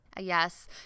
yes